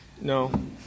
no